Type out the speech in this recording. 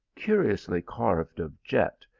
curiously carved of jet,